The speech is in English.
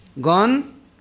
Gone